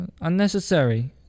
unnecessary